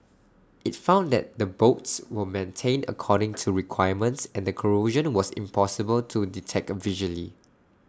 IT found that the bolts were maintained according to requirements and the corrosion was impossible to detect visually